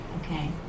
Okay